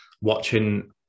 watching